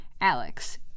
Alex